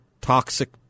toxic